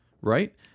right